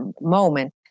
moment